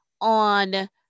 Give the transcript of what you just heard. on